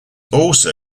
also